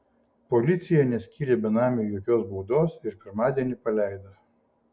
policija neskyrė benamiui jokios baudos ir pirmadienį paleido